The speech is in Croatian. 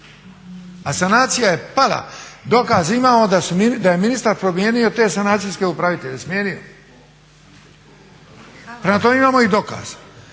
A sanacija je pala, dokaz imamo da je ministar promijenio te sanacijske upravitelje, smijenio. Prema tome imamo i dokaz.